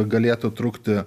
galėtų trukti